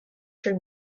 cream